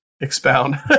expound